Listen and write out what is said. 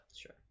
Sure